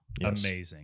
Amazing